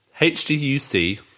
HDUC